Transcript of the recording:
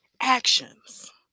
actions